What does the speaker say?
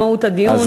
הדיון,